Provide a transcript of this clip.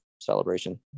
celebration